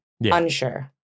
unsure